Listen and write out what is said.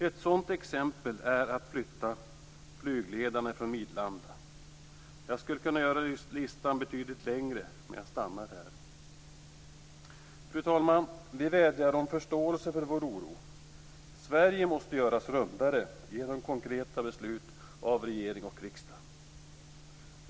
Ett exempel är beslutet att flytta flygledarna från Midlanda. Jag skulle kunna göra listan betydligt längre, men jag stannar där. Fru talman! Vi vädjar om förståelse för vår oro. Sverige måste göras "rundare" genom konkreta besluta av regering och riksdag.